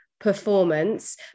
performance